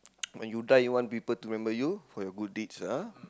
when you die you want people to remember you for your good deeds ah